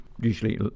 Usually